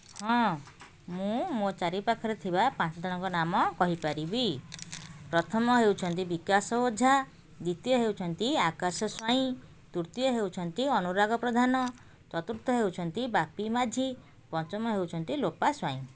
ହଁ ମୁଁ ମୋ ଚାରିପାଖରେ ଥିବା ପାଞ୍ଚଜଣଙ୍କ ନାମ କହିପାରିବି ପ୍ରଥମ ହେଉଛନ୍ତି ବିକାଶ ଓଝା ଦ୍ଵିତୀୟ ହେଉଛନ୍ତି ଆକାଶ ସ୍ୱାଇଁ ତୃତୀୟ ହେଉଛନ୍ତି ଅନୁରାଗ ପ୍ରଧାନ ଚତୁର୍ଥ ହେଉଛନ୍ତି ବାପି ମାଝି ପଞ୍ଚମ ହେଉଛନ୍ତି ଲୋପା ସ୍ୱାଇଁ